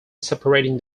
separating